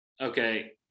Okay